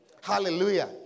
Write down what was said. Hallelujah